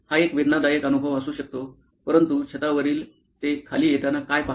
हा एक वेदनादायक अनुभव असू शकतो परंतु छतावरील ते खाली येताना काय पहात आहेत